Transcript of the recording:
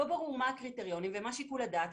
לא ברור מה הם הקריטריונים ומה הוא שיקול הדעת,